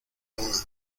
una